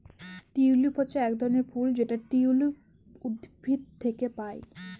tulip হচ্ছে এক ধরনের ফুল যেটা টিউলিপ উদ্ভিদ থেকে পায়